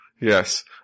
yes